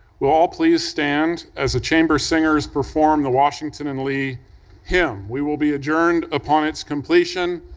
will all please stand as the chamber singers perform the washington and lee hymn. we will be adjourned upon its completion,